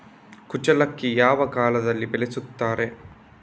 ಕುಚ್ಚಲಕ್ಕಿ ಯಾವ ಕಾಲದಲ್ಲಿ ಬೆಳೆಸುತ್ತಾರೆ?